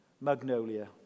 Magnolia